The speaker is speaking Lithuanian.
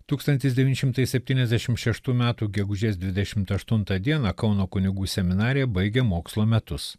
tūkstantis devyni šimtai septyniasdešim šeštų metų gegužės dvidešimt aštuntą dieną kauno kunigų seminarija baigė mokslo metus